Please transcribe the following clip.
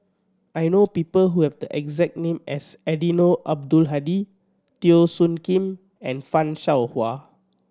I know people who have the exact name as Eddino Abdul Hadi Teo Soon Kim and Fan Shao Hua